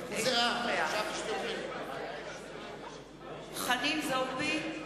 אינו נוכח חנין זועבי,